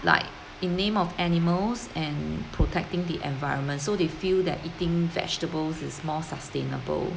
like in name of animals and protecting the environment so they feel that eating vegetables is more sustainable